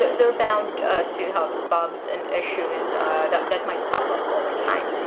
they're bound to have bugs and issues that might pop up over time.